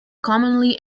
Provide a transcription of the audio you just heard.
commonly